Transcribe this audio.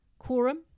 Quorum